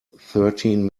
thirteen